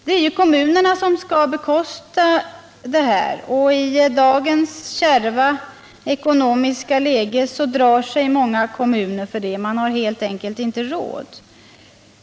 Det är kommunerna som skall bekosta detta, men i dagens kärva ekonomiska läge drar sig många kommuner för det. De har helt enkelt inte råd.